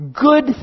good